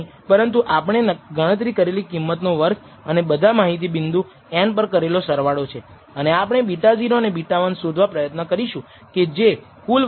અને તેથી માપ અને આગાહી કરેલ મૂલ્ય વચ્ચેનું આ ઉભુ અંતર સમ સ્ક્વેર્ડ એરર છે જેને SSE કહેવામાં આવે છે yi ŷi2 અને જો આપણે t માં સ્લોપ પરિમાણોને શામેલ કરીએ તો આ ટોટલ એરર છે